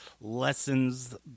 lessons